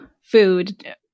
food